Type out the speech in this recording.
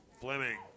Fleming